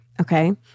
okay